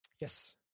Yes